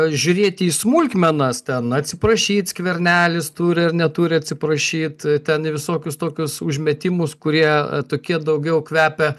žiūrėti į smulkmenas ten atsiprašyt skvernelis turi ar neturi atsiprašyt ten į visokius tokius užmetimus kurie tokie daugiau kvepia